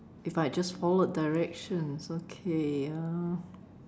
it's like just forward directions okay uh